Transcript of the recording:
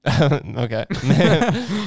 Okay